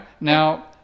Now